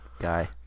guy